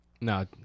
No